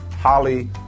holly